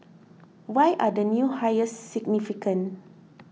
why are the new hires significant